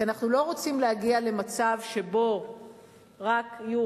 כי אנחנו לא רוצים להגיע למצב שבו יהיה